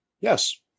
Yes